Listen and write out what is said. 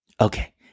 Okay